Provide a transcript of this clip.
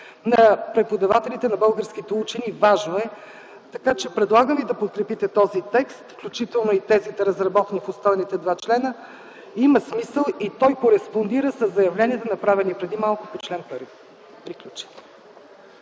на преподавателите, на българските учени. Важно е. Предлагам да подкрепите този текст, включително и тезите, разработени в обстойните два члена. Имат смисъл и той кореспондира със заявленията, направени преди малко по чл. 1. ПРЕДСЕДАТЕЛ